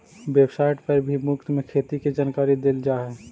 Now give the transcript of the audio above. website पर भी मुफ्त में खेती के जानकारी देल जा हई